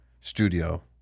Studio